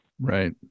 Right